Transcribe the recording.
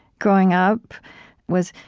growing up was,